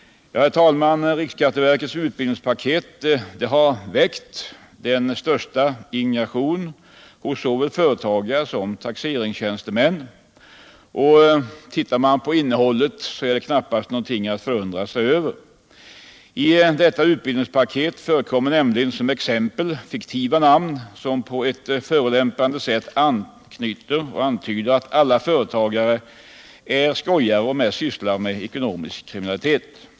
Herr talman! Riksskatteverkets utbildningspaket har väckt den största indignation hos såväl företagare som taxeringstjänstemän. Och det är knappast att förundra sig över, om man ser på innehållet. I detta utbildningspaket förekommer nämligen som exempel fiktiva namn som på ett förolämpande sätt antyder att alla företagare är skojare och mest sysslar med ekonomisk kriminalitet.